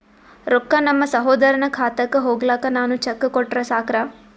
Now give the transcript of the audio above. ರೊಕ್ಕ ನಮ್ಮಸಹೋದರನ ಖಾತಕ್ಕ ಹೋಗ್ಲಾಕ್ಕ ನಾನು ಚೆಕ್ ಕೊಟ್ರ ಸಾಕ್ರ?